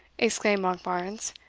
exclaimed monkbarns,